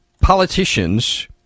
politicians